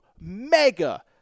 mega-